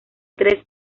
tres